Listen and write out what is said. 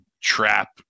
trap